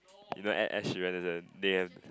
you know Ed Ed-Sheeran they have